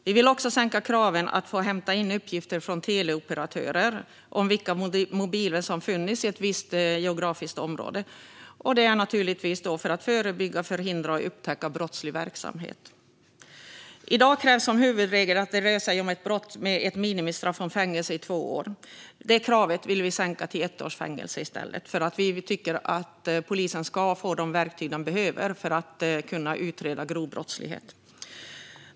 Vi vill också sänka kraven för att få hämta in uppgifter från teleoperatörer om vilka mobiler som funnits i ett visst geografiskt område, för att förebygga, förhindra eller upptäcka brottslig verksamhet. I dag krävs som huvudregel att det rör sig om ett brott med ett minimistraff om fängelse i två år. Detta krav vill vi sänka till ett års fängelse, för vi tycker att polisen ska få de verktyg de behöver för att kunna utreda grov brottslighet.